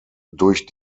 durch